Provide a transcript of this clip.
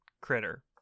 critter